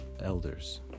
elders